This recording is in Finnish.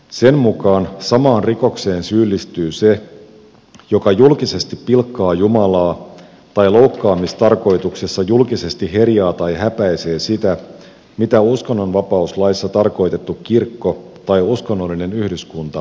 sen mukaan samaan rikokseen syyllistyy se joka julkisesti pilkkaa jumalaa tai loukkaamistarkoituksessa julkisesti herjaa tai häpäisee sitä mitä uskonnonvapauslaissa tarkoitettu kirkko tai uskonnollinen yhdyskunta pitää pyhänä